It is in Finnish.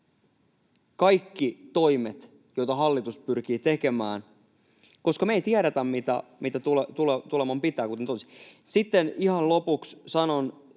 kaikki toimet, joita hallitus pyrkii tekemään, koska me ei tiedetä, mitä tuleman pitää, kuten totesin. Sitten ihan lopuksi sanon